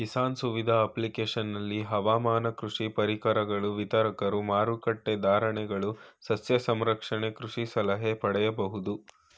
ಕಿಸಾನ್ ಸುವಿಧ ಅಪ್ಲಿಕೇಶನಲ್ಲಿ ಹವಾಮಾನ ಕೃಷಿ ಪರಿಕರಗಳ ವಿತರಕರು ಮಾರಕಟ್ಟೆ ಧಾರಣೆಗಳು ಸಸ್ಯ ಸಂರಕ್ಷಣೆ ಕೃಷಿ ಸಲಹೆ ಪಡಿಬೋದು